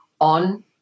on